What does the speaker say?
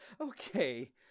Okay